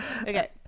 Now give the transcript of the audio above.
Okay